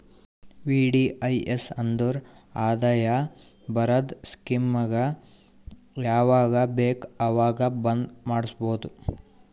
VDIS ಅಂದುರ್ ಆದಾಯ ಬರದ್ ಸ್ಕೀಮಗ ಯಾವಾಗ ಬೇಕ ಅವಾಗ್ ಬಂದ್ ಮಾಡುಸ್ಬೋದು